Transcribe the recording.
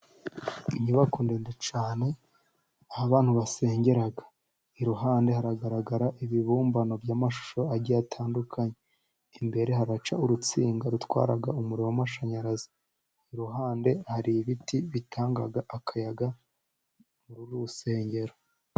Inyubako ndende cyane aho abantu basengera, iruhande haragaragara ibibumbano by'amashusho agiye atandukanye, imbere haraca urutsinga rutwara umuriro w'amashanyarazi, iruhande hari ibiti bitanga akayaga mu rusengero.